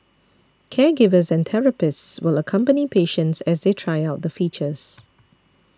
caregivers and therapists will accompany patients as they try out the features